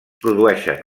produeixen